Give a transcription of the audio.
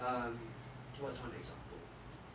um what's one example